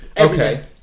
Okay